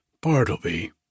Bartleby